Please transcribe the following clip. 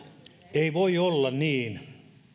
ei voi olla niin